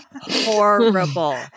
horrible